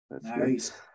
Nice